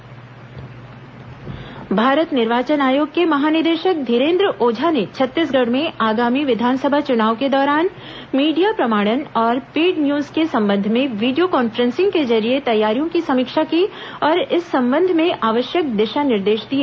विस चुनाव paid news Bharat निर्वाचन आयोग के महानिदेशक धीरेन्द्र ओझा ने छत्तीसगढ़ में आगामी विधानसभा चुनाव के दौरान मीडिया प्रमाणन और पेड न्यूज के संबंध में वीडियो कॉन्फ्रेंसिंग के जरिये तैयारियों की समीक्षा की और इस संबंध में आवश्यक दिशा निर्देश दिए